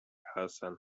hassan